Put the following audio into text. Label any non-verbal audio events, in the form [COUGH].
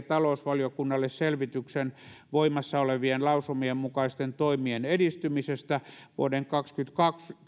[UNINTELLIGIBLE] talousvaliokunnalle selvityksen voimassa olevien lausumien mukaisten toimien edistymisestä vuoden kaksituhattakaksikymmentä